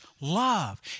love